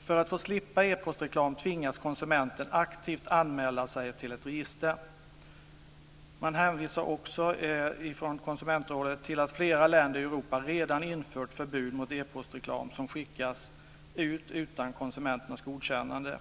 För att slippa få epostreklam tvingas konsumenten aktivt anmäla sig till ett särskilt register." Konsumentrådet hänvisar också till att flera länder i Europa redan infört förbud mot epostreklam som skickas ut utan konsumenternas godkännande.